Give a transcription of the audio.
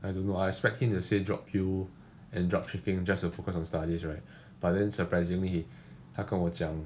I don't know I expect him to say drop you and drop tricking just focus on studies right but then surprisingly he 他跟我讲